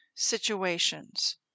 Situations